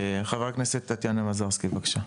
חברת הכנסת טטיאנה מזרסקי, בבקשה.